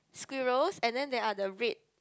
squirrels and then they are the red